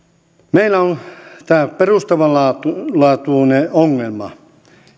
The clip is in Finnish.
meillä on tämä perustavanlaatuinen ongelma